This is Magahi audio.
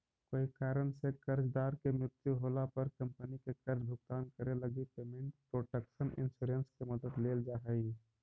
कोई कारण से कर्जदार के मृत्यु होला पर कंपनी के कर्ज भुगतान करे लगी पेमेंट प्रोटक्शन इंश्योरेंस के मदद लेल जा हइ